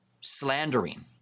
slandering